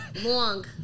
Long